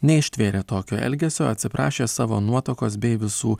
neištvėrė tokio elgesio atsiprašė savo nuotakos bei visų